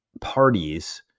parties